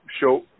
show